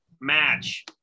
match